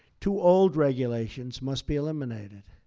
two old regulations must be eliminated.